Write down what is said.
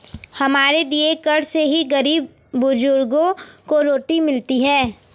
हमारे दिए कर से ही गरीब बुजुर्गों को रोटी मिलती है